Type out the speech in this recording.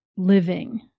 Living